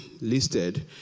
listed